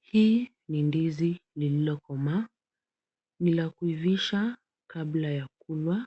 Hii ni ndizi lililokomaa. Ni la kuivisha kabla ya kulwa .